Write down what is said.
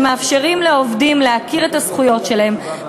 שמאפשרים לעובדים להכיר את הזכויות שלהם,